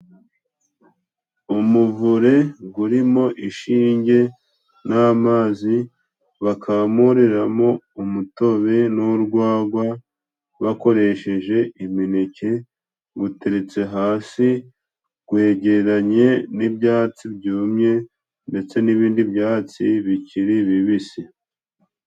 Umuvure guririmo ishinge n'amazi bakamuriramo umutobe n'urwagwa bakoresheje imineke guteretse hasi gwegeranye n'ibyatsi byumye ndetse n'ibindi byatsi bikiri bibisi.